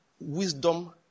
wisdom